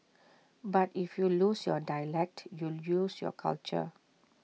but if you lose your dialect you lose your culture